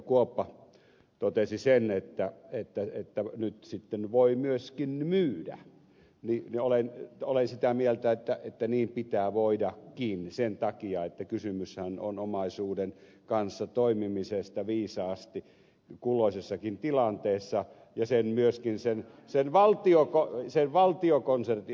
kuoppa totesi sen että nyt sitten voi myöskin myydä niin olen sitä mieltä että niin pitää voidakin sen takia että kysymyshän on omaisuuden kanssa toimimisesta viisaasti kulloisessakin tilanteessa ja myöskin sen valtiokonsortion ed